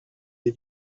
des